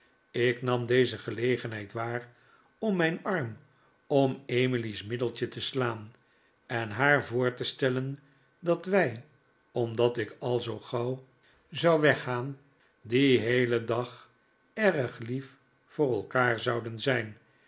ik nam deze gelegenheid waar om mijn arm om emily's middeltje te slaan en haar voor te stellen dat wij omdat ik al zoo gauw zou weggaan dien heelen dag erg lief voor elkaar zouden zijn